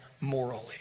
morally